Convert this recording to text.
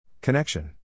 Connection